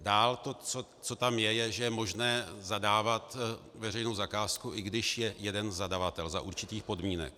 Dále tam je, že je možné zadávat veřejnou zakázku, i když je jeden zadavatel za určitých podmínek.